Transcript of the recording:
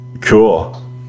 Cool